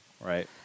Right